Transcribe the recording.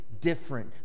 different